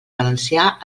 valencià